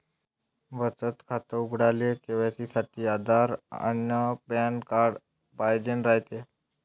बचत खातं उघडाले के.वाय.सी साठी आधार अन पॅन कार्ड पाइजेन रायते